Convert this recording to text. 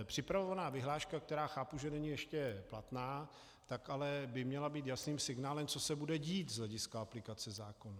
Připravovaná vyhláška, která chápu, že není ještě platná, tak ale by měla být jasným signálem, co se bude dít z hlediska aplikace zákona.